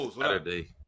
Saturday